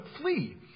flee